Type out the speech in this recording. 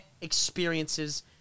experiences